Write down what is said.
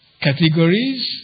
categories